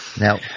Now